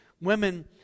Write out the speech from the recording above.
women